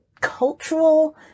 cultural